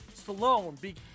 Stallone